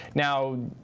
now,